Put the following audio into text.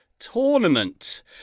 Tournament